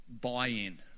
buy-in